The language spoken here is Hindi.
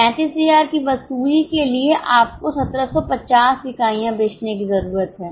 35000 की वसूली के लिए आपको 1750 इकाइयां बेचने की जरूरत है